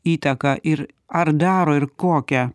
įtaką ir ar daro ir kokią